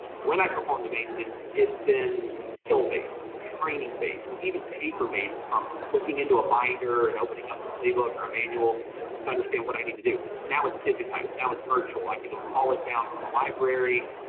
when i perform the maintenance. it's been skill-based training based even paper based on looking into a binder and opening up a playbook or a manual to understand what i need to do, now it's digitized, now it's virtual. i can just call it down from a library,